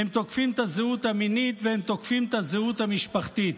הם תוקפים את הזהות המינית והם תוקפים את הזהות המשפחתית.